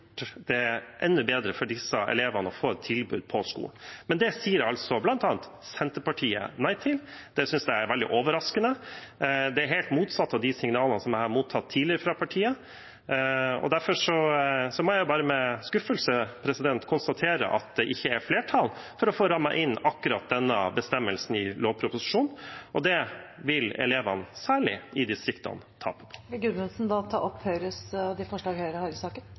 enda lettere for disse elevene å få et tilbud på skolen. Men det sier bl.a. Senterpartiet nei til. Det synes jeg er veldig overraskende. Det er helt motsatt av de signalene som jeg har mottatt tidligere fra partiet, og derfor må jeg bare med skuffelse konstatere at det ikke er flertall for å få rammet inn akkurat denne bestemmelsen i lovproposisjonen. Det vil elevene, særlig i distriktene, tape på. Jeg tar opp de forslag Høyre er med på i saken.